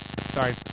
sorry